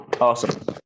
Awesome